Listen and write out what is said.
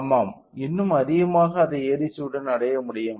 ஆமாம் இன்னும் அதிகமாக அதை ADC உடன் அடைய முடியும்